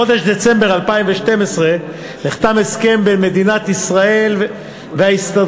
בחודש דצמבר 2012 נחתם הסכם בין מדינת ישראל להסתדרות.